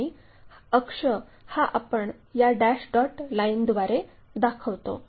आणि अक्ष हा आपण या डॅश डॉट लाइनद्वारे दाखवतो